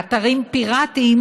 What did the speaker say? באתרים פיראטיים,